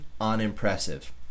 unimpressive